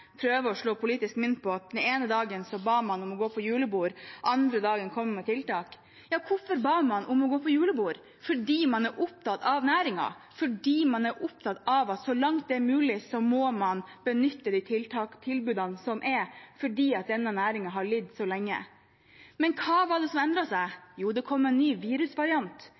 å slå politisk mynt på at man den ene dagen ba om å gå på julebord, og den andre dagen kommer man med tiltak. Hvorfor ba man om å gå på julebord? Jo, fordi man er opptatt av næringen, fordi man er opptatt av at så langt det er mulig, må man benytte de tilbudene som er, fordi denne næringen har lidd så lenge. Men hva var det som endret seg? Jo, det kom en ny virusvariant.